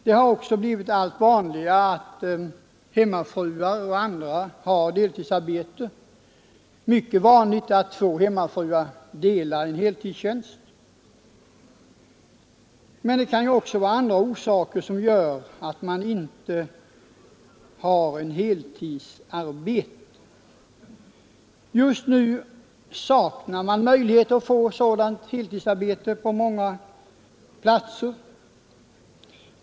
Det har också blivit allt vanligare att hemmafruar och andra har deltidsarbete. Det är mycket vanligt att två hemmafruar delar på en heltidstjänst. Det kan också finnas andra orsaker till att man inte har heltidsarbete. Just nu saknas på många platser möjligheter till heltidsarbete.